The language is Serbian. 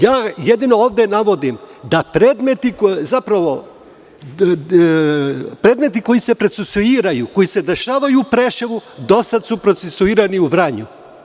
Ja jedino ovde navodim da predmeti koji se procesuiraju, koji se dešavaju u Preševu, do sada su procesuirani u Vranju.